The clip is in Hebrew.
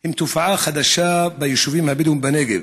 הם תופעה חדשה ביישובים הבדואיים בנגב,